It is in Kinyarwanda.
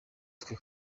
twe